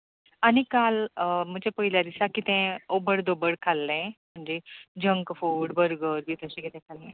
आनी काल म्हणच्या पयल्या दिसा कितें अबळ दबळ खाल्लें म्हणजे जंक फूड बर्गर बी तशें कितें खाल्लें